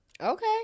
Okay